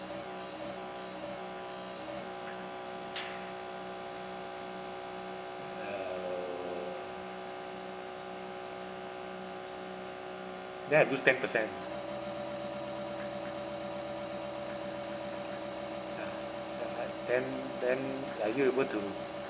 uh then I lose ten percent then are you able to